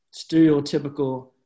stereotypical